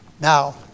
Now